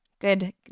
Good